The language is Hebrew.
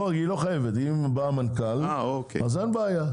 היא לא חייבת, אם בא המנכ"ל, אין בעיה.